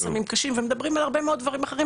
סמים קשים ומדברים על הרבה מאוד דברים אחרים,